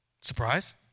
Surprise